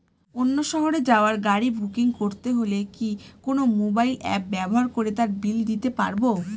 অন্য শহরে যাওয়ার গাড়ী বুকিং করতে হলে কি কোনো মোবাইল অ্যাপ ব্যবহার করে তার বিল দিতে পারব?